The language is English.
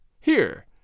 Here